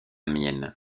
mienne